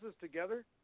together